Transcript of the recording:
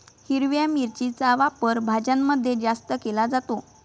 हिरव्या मिरचीचा वापर भाज्यांमध्ये जास्त केला जातो